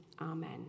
amen